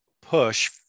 push